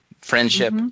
friendship